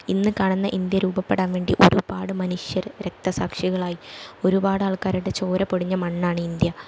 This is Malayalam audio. ഇന്ന് കാണുന്ന ഇന്ത്യ രൂപപ്പെടാൻ വേണ്ടി ഒരുപാട് മനുഷ്യർ രക്ത സാക്ഷികളായി ഒരുപാട് ആൾക്കാരുടെ ചോര പൊടിഞ്ഞ മണ്ണാണ് ഇന്ത്യ